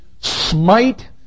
smite